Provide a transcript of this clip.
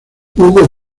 hugo